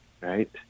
right